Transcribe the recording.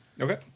Okay